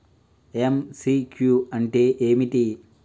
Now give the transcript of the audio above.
MCQ అంటే ఏమిటి?